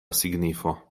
signifo